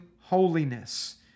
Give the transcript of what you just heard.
holiness